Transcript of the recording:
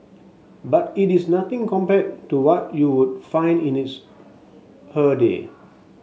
but it is nothing compared to what you would find in its her day